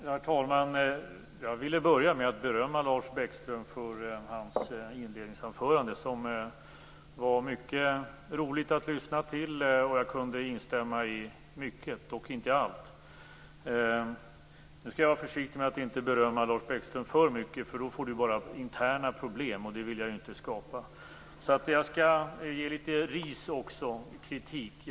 Herr talman! Jag ville börja med att berömma Lars Bäckström för hans inledningsanförande, som var mycket roligt att lyssna till. Jag kunde instämma i mycket, dock inte i allt. Nu skall jag vara försiktig och inte berömma Lars Bäckström för mycket, därför att då får han bara interna problem, och det vill jag inte skapa. Jag skall därför ge litet ris och kritik också.